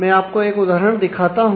मैं आपको एक उदाहरण दिखाता हूं